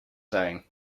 zijn